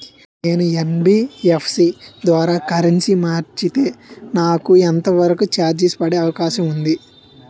నేను యన్.బి.ఎఫ్.సి ద్వారా కరెన్సీ మార్చితే నాకు ఎంత వరకు చార్జెస్ పడే అవకాశం ఉంది?